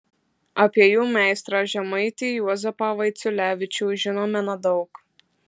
apie jų meistrą žemaitį juozapą vaiciulevičių žinome nedaug